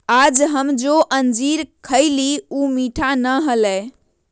आज हम जो अंजीर खईली ऊ मीठा ना हलय